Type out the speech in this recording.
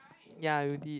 ya you did